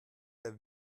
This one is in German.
der